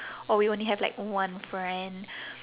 or we only have like one friend